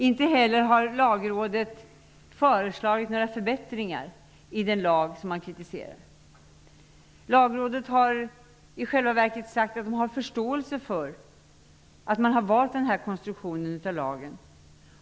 Inte heller har Lagrådet föreslagit några förbättringar i den lag som kritiseras. Lagrådet har i själva verket sagt sig ha förståelse för att man har valt den här konstruktionen av lagen.